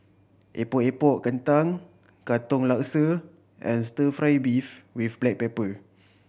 Epok Epok Kentang Katong Laksa and Stir Fry beef with black pepper